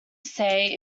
say